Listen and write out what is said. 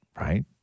Right